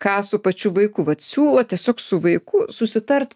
ką su pačiu vaiku vat siūlo tiesiog su vaiku susitart